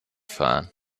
fahren